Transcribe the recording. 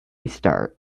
start